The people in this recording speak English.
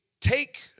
take